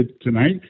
tonight